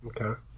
Okay